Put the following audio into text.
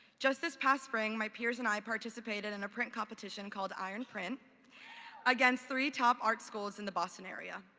just this past spring my peers and i participated in a print competition called iron print against three top art schools in the boston area.